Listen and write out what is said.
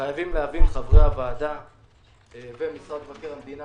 חייבים להבין חברי הוועדה ומשרד מבקר המדינה